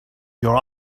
your